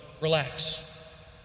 relax